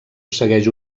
segueix